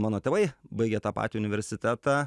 mano tėvai baigė tą patį universitetą